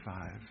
Five